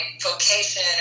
vocation